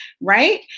Right